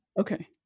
Okay